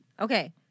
Okay